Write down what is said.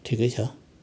ठिकै छ